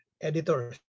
editors